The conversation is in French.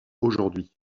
aujourd’hui